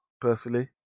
personally